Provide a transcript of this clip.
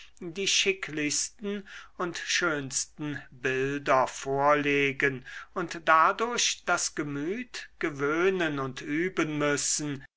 die schicklichsten und schönsten bilder vorlegen und dadurch das gemüt gewöhnen und üben müssen